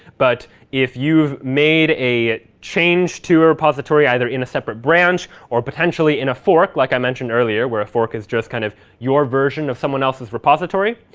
but if you've made a change to a repository, either in a separate branch or potentially in a fork, like i mentioned earlier, where a fork is just kind of your version of someone else's repository,